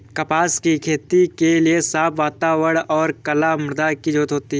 कपास की खेती के लिए साफ़ वातावरण और कला मृदा की जरुरत होती है